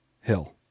Hill